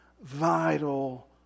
vital